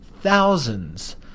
thousands